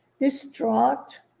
distraught